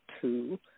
two